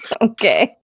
Okay